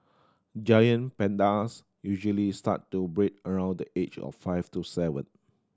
giant pandas usually start to breed around the age of five to seven